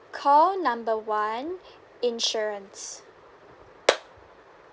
call number one insurance